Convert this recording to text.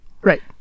right